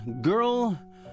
Girl